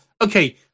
okay